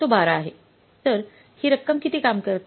तर ही रक्कम किती काम करते